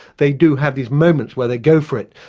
they do have these moments where they go for it,